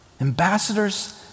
ambassadors